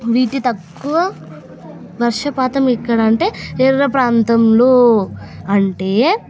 వీటి తక్కువ వర్షపాతం ఇక్కడ అంటే ఎర్ర ప్రాంతంలో అంటే